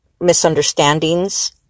misunderstandings